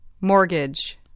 Mortgage